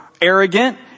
arrogant